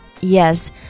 Yes